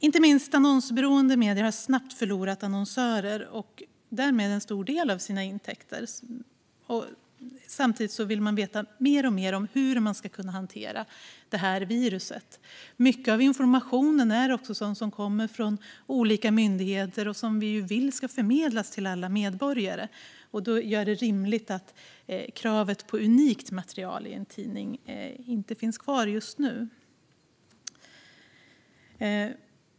Inte minst annonsberoende medier har snabbt förlorat annonsörer och därmed en stor del av sina intäkter. Samtidigt vill man veta mer och mer om hur man ska kunna hantera det här viruset. Mycket av informationen är också sådant som kommer från olika myndigheter och som vi vill ska förmedlas till alla medborgare, vilket gör det rimligt att kravet på unikt material i en tidning inte finns kvar just nu.